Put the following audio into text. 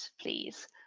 please